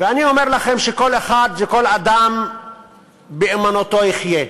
ואני אומר לכם שכל אחד וכל אדם באמונתו יחיה,